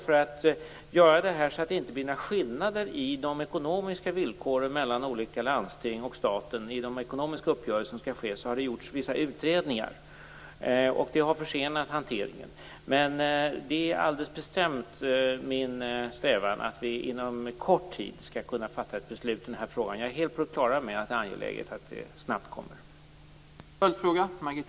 För att det inte skall bli några skillnader i de ekonomiska villkoren mellan olika landsting och staten har det gjorts vissa utredningar. Det har försenat hanteringen. Det är alldeles bestämt min strävan att vi inom kort tid skall kunna fatta ett beslut i den här frågan. Jag är helt på det klara med att det är angeläget att det sker snabbt.